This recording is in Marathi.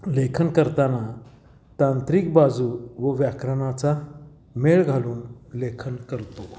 लेखन करताना तांत्रिक बाजू व व्याकरणाचा मेळ घालून लेखन करतो